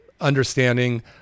understanding